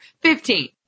Fifteen